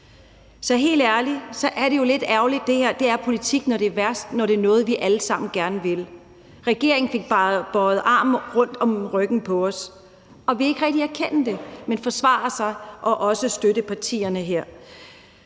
Så helt ærligt er det jo lidt ærgerligt. Det her er politik, når det er værst, når det er noget, vi alle sammen gerne vil. Regeringen vred armen om på ryggen af os og vil ikke rigtig erkende det, men forsvarer sig og også støttepartierne her.